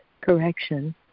correction